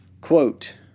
Quote